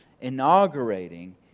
inaugurating